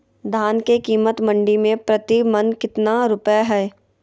धान के कीमत मंडी में प्रति मन कितना रुपया हाय?